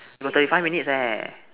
we got thirty five minutes eh